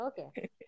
okay